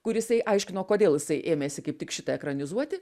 kur jisai aiškino kodėl jisai ėmėsi kaip tik šitą ekranizuoti